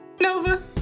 Nova